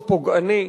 מאוד פוגעני,